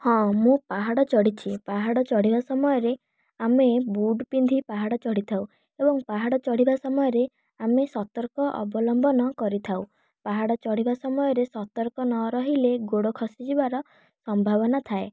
ହଁ ମୁଁ ପାହାଡ଼ ଚଢ଼ିଛି ପାହାଡ଼ ଚଢ଼ିବା ସମୟରେ ଆମେ ବୁଟ୍ ପିନ୍ଧି ପାହାଡ଼ ଚଢ଼ିଥାଉ ଏବଂ ପାହାଡ଼ ଚଢ଼ିବା ସମୟରେ ଆମେ ସତର୍କ ଅବଲମ୍ବନ କରିଥାଉ ପାହାଡ଼ ଚଢ଼ିବା ସମୟରେ ସତର୍କ ନରହିଲେ ଗୋଡ଼ ଖସି ଯିବାର ସମ୍ଭାବନା ଥାଏ